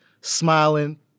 smiling